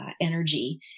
energy